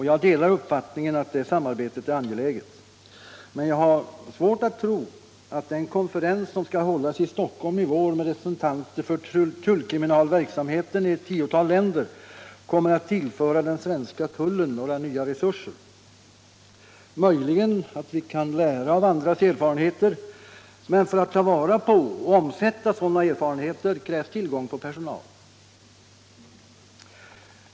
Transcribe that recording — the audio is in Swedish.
Jag delar uppfattningen att det samarbetet är angeläget, men jag har svårt att tro att den konferens som skall hållas i Stockholm i vår med representanter för tullkriminalverksamheten i ett tiotal länder kommer att tillföra den svenska tullen nya resurser. Möjligen kan vi lära av andras erfarenheter, men för att ta vara på och omsätta dessa erfarenheter i praktiken måste man ha tillgång till personal.